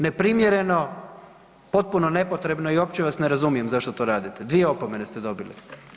Neprimjereno, potpuno nepotrebno i uopće vas ne razumijem zašto to radite, dvije opomene ste dobili.